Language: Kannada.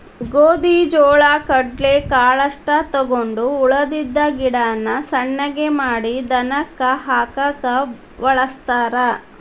ಗೋದಿ ಜೋಳಾ ಕಡ್ಲಿ ಕಾಳಷ್ಟ ತಕ್ಕೊಂಡ ಉಳದಿದ್ದ ಗಿಡಾನ ಸಣ್ಣಗೆ ಮಾಡಿ ದನಕ್ಕ ಹಾಕಾಕ ವಳಸ್ತಾರ